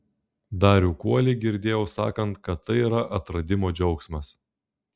darių kuolį girdėjau sakant kad tai yra atradimo džiaugsmas